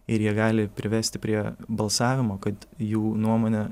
ir jie gali privesti prie balsavimo kad jų nuomonė